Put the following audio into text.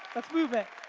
let's move it.